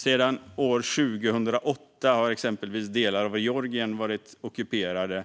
Sedan 2008 har exempelvis delar av Georgien varit ockuperade,